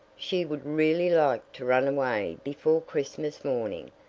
she would really like to run away before christmas morning.